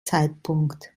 zeitpunkt